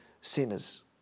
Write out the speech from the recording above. sinners